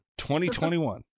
2021